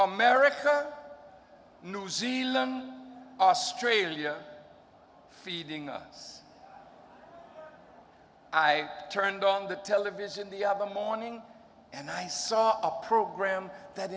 america newsy learn australia feeding us i turned on the television the other morning and i saw a program that